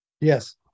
Yes